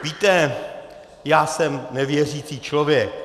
Víte, já jsem nevěřící člověk.